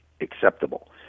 acceptable